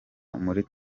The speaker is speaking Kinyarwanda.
muri